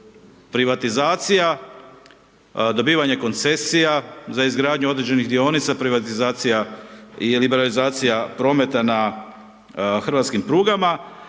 privatizacija, dobivanje koncesija za izgradnju određenih dionica, privatizacija i liberalizacija prometa na hrvatskim prugama.